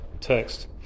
text